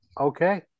okay